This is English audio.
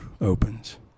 opens